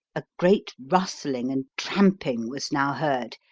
a great rustling and tramping was now heard,